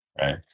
right